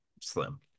slim